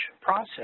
process